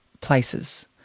places